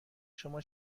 شما